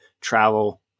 travel